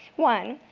one,